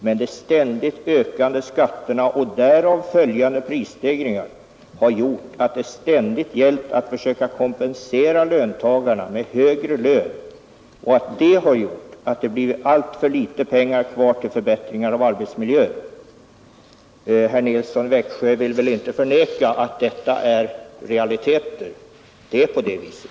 Med ständigt ökande skatter och därav följande prisstegringar har det ständigt gällt att försöka kompensera löntagarna med högre löner. Det har gjort att det blir alltför litet pengar kvar till förbättring av arbetsmiljön.” Herr Nilsson i Växjö vill väl inte förneka att detta är realiteter. Det förhåller sig på det viset.